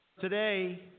Today